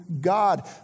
God